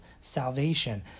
salvation